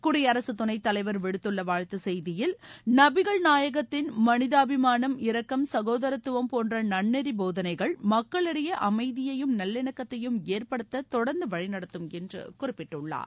குடியரசு துணைத்தலைவர் விடுத்துள்ள வாழ்த்துச் செய்தியில் நபிகள் நாயகத்தின் மனிதாபிமானம் இரக்கம் சகோதரத்துவம் போன்ற நன்நெறி போதனைகள் மக்களிடையே அமைதியையும் நல்லிணக்கத்தையும் ஏற்படுத்த தொடர்ந்து வழிநடத்தும் என்று குறிப்பிட்டுள்ளார்